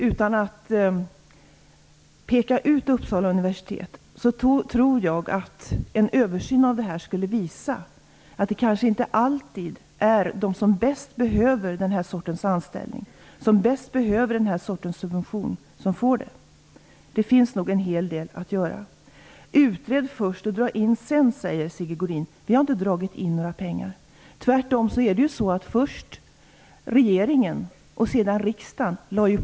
Utan att peka ut Uppsala universitet tror jag att en översyn av detta skulle visa att det kanske inte alltid är de som bäst behöver den här sortens anställning och subvention som får det. Det finns nog en hel del att göra. Utred först och dra in sedan, säger Sigge Godin. Vi har inte dragit in några pengar. Tvärtom lade först regeringen och sedan riksdagen till pengar.